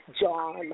John